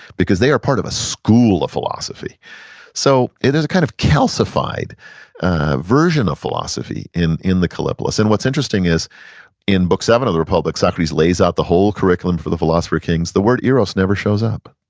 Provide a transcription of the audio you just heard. because they are part of a school of philosophy so it is a kind of calcified version of philosophy in in the kallipolis, and what's interesting is in book seven of the republic socrates lays out the whole curriculum for the philosopher kings, the word eros never shows up.